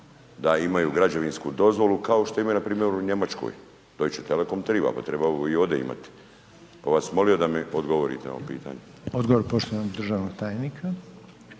da imaju građevinsku dozvolu kao što imaju npr. u Njemačkoj, Deutche Telekom treba, pa treba ovo i ovdje imati. Pa bih vas molio da mi odgovorite na ovo pitanje. **Reiner, Željko (HDZ)** Odgovor poštovanog državnog tajnika.